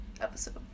episode